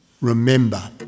remember